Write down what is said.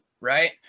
right